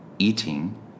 Eating